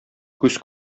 күз